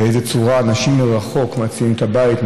באיזו צורה אנשים מרחוק מציעים את הבית,